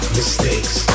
mistakes